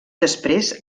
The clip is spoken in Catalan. després